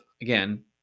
again